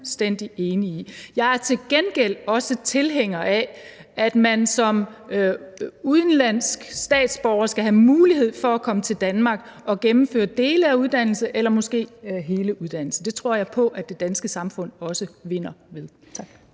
Jeg er til gengæld også tilhænger af, at man som udenlandsk statsborger skal have mulighed for at komme til Danmark og gennemføre dele af en uddannelse eller hele uddannelsen. Det tror jeg på at det danske samfund også vinder ved. Tak.